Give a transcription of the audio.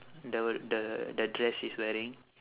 the the the dress she's wearing